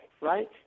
Right